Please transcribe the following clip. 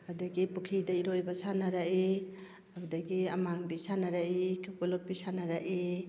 ꯑꯗꯨꯗꯒꯤ ꯄꯨꯈ꯭ꯔꯤꯗ ꯏꯔꯣꯏꯕ ꯁꯥꯟꯅꯔꯛꯏ ꯑꯗꯨꯗꯒꯤ ꯑꯃꯥꯡꯕꯤ ꯁꯥꯟꯅꯔꯛꯏ ꯀꯦꯀꯨ ꯂꯣꯠꯄꯤ ꯁꯥꯟꯅꯔꯛꯏ